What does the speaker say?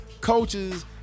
coaches